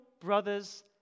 brothers